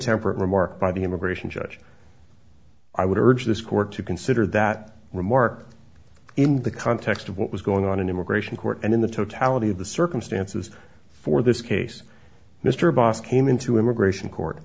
intemperate remark by the immigration judge i would urge this court to consider that remark in the context of what was going on in immigration court and in the totality of the circumstances for this case mr abbas came into immigration court